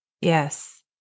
Yes